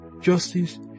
justice